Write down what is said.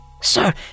Sir